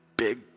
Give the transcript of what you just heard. Big